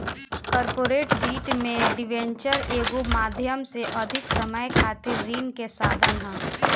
corporate वित्त में debenture एगो माध्यम से अधिक समय खातिर ऋण के साधन ह